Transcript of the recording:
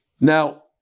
Now